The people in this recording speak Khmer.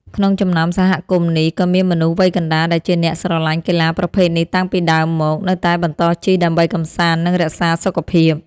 ក្នុងចំណោមសហគមន៍នេះ ក៏មានមនុស្សវ័យកណ្ដាលដែលជាអ្នកស្រឡាញ់កីឡាប្រភេទនេះតាំងពីដើមមក នៅតែបន្តជិះដើម្បីកម្សាន្ត និងរក្សាសុខភាព។